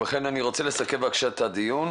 ובכן, אני רוצה לסכם את הדיון.